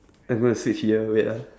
I'm going to switch ear wait ah